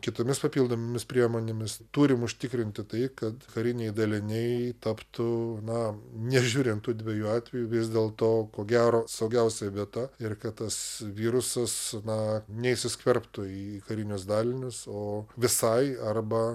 kitomis papildomomis priemonėmis turim užtikrinti tai kad kariniai daliniai taptų na nežiūrint tų dviejų atvejų vis dėl to ko gero saugiausia vieta ir kad tas virusas na neįsiskverbtų į karinius dalinius o visai arba